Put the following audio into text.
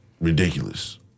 ridiculous